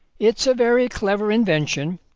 it's a very clever invention.